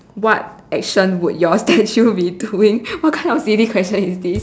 what action would your statue be doing what kind of silly question is this